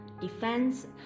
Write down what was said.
defense